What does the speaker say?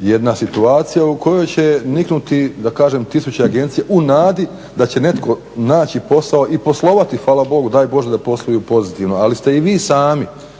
jedna situacija u kojoj će niknuti da kažem tisuću agencija u nadi da će netko naći posao i poslovati hvala Bogu, daj Bože da posluju pozitivno. Ali ste i vi sami,